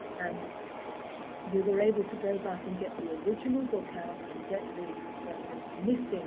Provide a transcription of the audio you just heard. and we were able to go back and get the original book out, and get the the missing